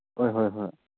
ꯍꯣꯏ ꯍꯣꯏ ꯍꯣꯏ